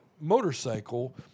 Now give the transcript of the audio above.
motorcycle